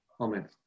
amen